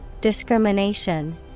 Discrimination